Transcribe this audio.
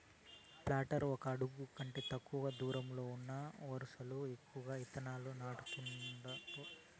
planter ఒక అడుగు కంటే తక్కువ దూరంలో ఉన్న వరుసలలో ఎక్కువ ఇత్తనాలను నాటుతుంది